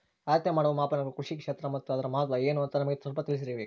ಅಳತೆ ಮಾಡುವ ಮಾಪನಗಳು ಕೃಷಿ ಕ್ಷೇತ್ರ ಅದರ ಮಹತ್ವ ಏನು ಅಂತ ನಮಗೆ ಸ್ವಲ್ಪ ತಿಳಿಸಬೇಕ್ರಿ?